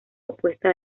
opuesta